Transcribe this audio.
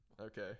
Okay